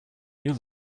you